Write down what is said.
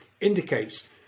indicates